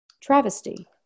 travesty